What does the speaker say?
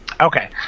Okay